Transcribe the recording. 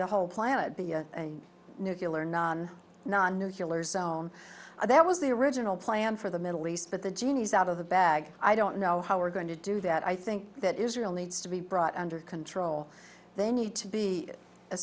the whole planet be nucular non non nucular zone there was the original plan for the middle east but the genie is out of the bag i don't know how we're going to do that i think that israel needs to be brought under control they need to be a